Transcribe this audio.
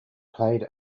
played